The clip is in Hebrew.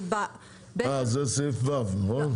זה סעיף ו' נכון?